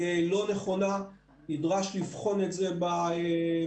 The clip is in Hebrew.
הוא לא נכון, נדרש לבחון את זה בשינוי.